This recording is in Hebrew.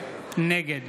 נגד